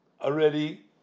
already